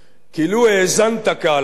כי לו האזנת כהלכה,